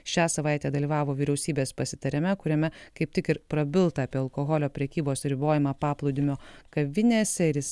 šią savaitę dalyvavo vyriausybės pasitarime kuriame kaip tik ir prabilta apie alkoholio prekybos ribojimą paplūdimio kavinėse ir jis